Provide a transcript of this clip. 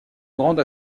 grande